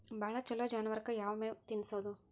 ಭಾಳ ಛಲೋ ಜಾನುವಾರಕ್ ಯಾವ್ ಮೇವ್ ತಿನ್ನಸೋದು?